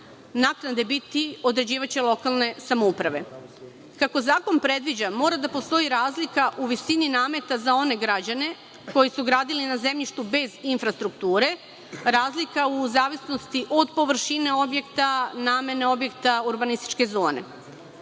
naknade biti određivaće lokalne samouprave. Kako zakon predviđa, mora da postoji razlika u visini nameta za one građane koji su gradili na zemljištu bez infrastrukture, razlika u zavisnosti od površine objekta, namene objekta, urbanističke zone.